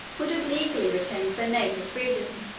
would have legally regained their native freedom,